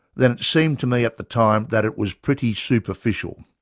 then it seemed to me at the time that it was pretty superficial.